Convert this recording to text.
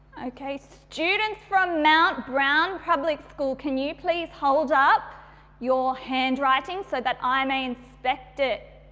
okay, students from mount brown public school can you please hold up your handwriting so that i may inspect it.